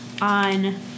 on